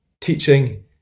teaching